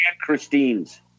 Christine's